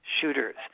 shooters